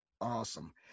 awesome